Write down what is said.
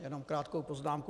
Jenom krátkou poznámku.